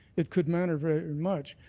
it could matter very much.